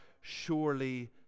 surely